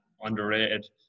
underrated